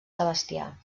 sebastià